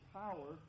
power